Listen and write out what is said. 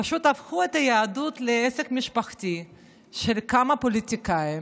פשוט הפכו את היהדות לעסק משפחתי של כמה פוליטיקאים,